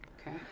Okay